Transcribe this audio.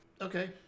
Okay